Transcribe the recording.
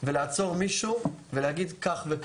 ולעצור מישהו ולהגיד, כך וכך.